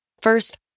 First